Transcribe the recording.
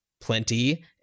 plenty